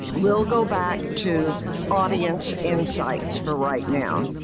we'll go back to audience insights for right now.